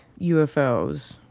UFOs